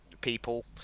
people